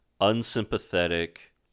unsympathetic